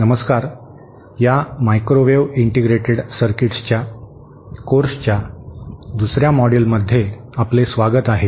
नमस्कार या microwave integrated सर्किट्सच्या कोर्सच्या दुसर्या मॉड्यूलमध्ये आपले स्वागत आहे